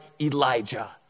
Elijah